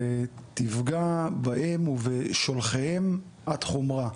ותפגע בהם ובשולחיהם עד חומרה.